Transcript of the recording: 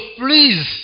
please